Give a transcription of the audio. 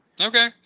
Okay